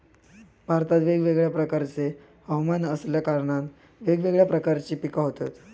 भारतात वेगवेगळ्या प्रकारचे हवमान असल्या कारणान वेगवेगळ्या प्रकारची पिका होतत